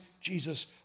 Jesus